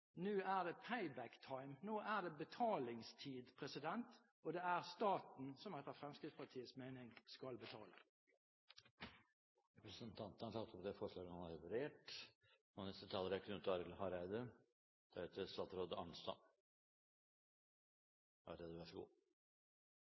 Nå er det «pay-back time» – nå er det tid for å betale tilbake, og det er staten som etter Fremskrittspartiets mening skal betale. Jeg tar opp Fremskrittspartiets forslag i innstillingen. Representanten Arne Sortevik har tatt opp det forslaget han